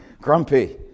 grumpy